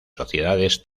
sociedades